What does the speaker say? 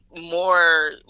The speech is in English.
more